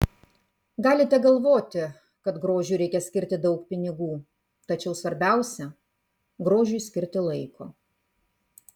galite galvoti kad grožiui reikia skirti daug pinigų tačiau svarbiausia grožiui skirti laiko